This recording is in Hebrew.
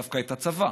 דווקא את הצבא.